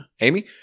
Amy